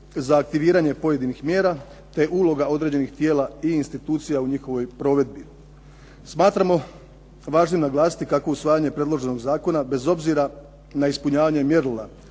za aktiviranje pojedinih mjera te uloga određenih tijela i institucija u njihovoj provedbi. Smatramo važnim naglasiti kako usvajanje predloženog zakona bez obzira na ispunjavanje mjerila